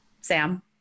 Sam